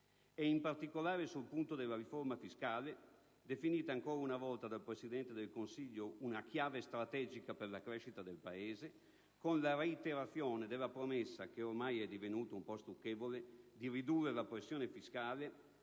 In particolare, sul punto della riforma fiscale, definita ancora una volta dal Presidente del Consiglio «una chiave strategica per la crescita del Paese» con la reiterazione della promessa (ormai divenuta un po' stucchevole) di ridurre la pressione fiscale,